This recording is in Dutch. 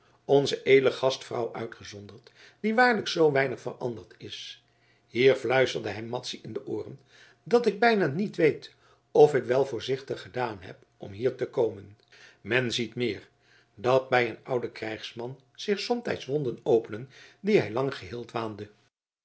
onze edele gastvrouw uitgezonderd die waarlijk zoo weinig veranderd is hier fluisterde hij madzy in de ooren dat ik bijna niet weet of ik wel voorzichtig gedaan heb om hier te komen men ziet meer dat bij een ouden krijgsman zich somtijds wonden openen die hij lang geheeld waande